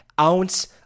ounce